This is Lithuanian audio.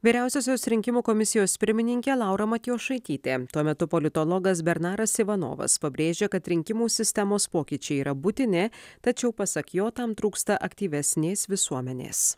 vyriausiosios rinkimų komisijos pirmininkė laura matjošaitytė tuo metu politologas bernaras ivanovas pabrėžia kad rinkimų sistemos pokyčiai yra būtini tačiau pasak jo tam trūksta aktyvesnės visuomenės